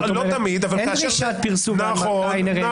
אין דרישת פרסום והנמקה אינהרנטית.